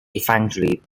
eventually